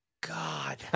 God